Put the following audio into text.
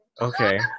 Okay